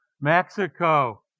Mexico